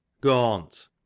Gaunt